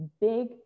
big